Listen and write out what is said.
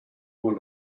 want